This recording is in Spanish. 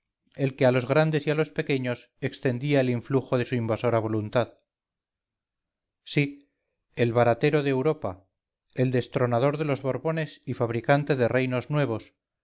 el que a los grandes y a los pequeños extendía el influjo de su invasora voluntad sí el baratero de europa el destronador de los borbones y fabricante de reinos nuevos